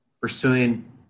pursuing